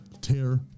tear